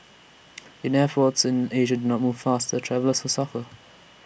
in airforce in Asia do not move faster travellers will suffer